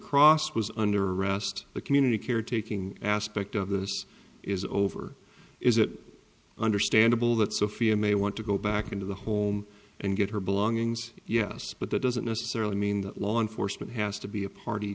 cross was under arrest the community caretaking aspect of this is over is it understandable that sophia may want to go back into the home and get her belongings yes but that doesn't necessarily mean that law enforcement has to be a party